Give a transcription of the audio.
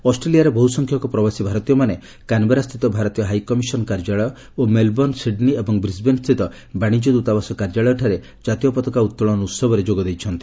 ଅଷ୍ଟ୍ରେଲିୟାରେ ବହ୍ ସଂଖ୍ୟକ ପ୍ରବାସୀ ଭାରତୀୟମାନେ କାନ୍ବେରାସ୍ଥିତ ଭାରତୀୟ ହାଇକମିଶନ୍ କାର୍ଯ୍ୟାଳୟ ଓ ମେଲ୍ବର୍ଣ୍ଣ ସିଡ୍ନୀ ଏବଂ ବ୍ରିସ୍ବେନ୍ସ୍ଥିତ ବାଣିଜ୍ୟ ଦୃତାବାସ କାର୍ଯ୍ୟାଳୟଠାରେ ଜାତୀୟ ପତାକା ଉତ୍ତୋଳନ ଉତ୍ସବରେ ଯୋଗ ଦେଇଛନ୍ତି